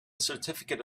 certificate